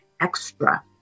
extra